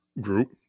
group